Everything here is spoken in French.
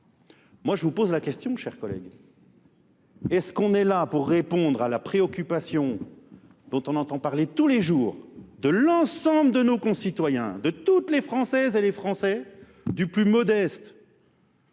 Moi je vous pose la question, chers collègues. Est-ce qu'on est là pour répondre à la préoccupation dont on entend parler tous les jours de l'ensemble de nos concitoyens, de toutes les Françaises et les Français, du plus modeste